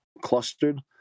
clustered